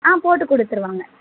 ஆ போட்டு கொடுத்துருவாங்க